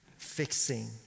fixing